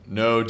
no